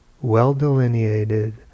well-delineated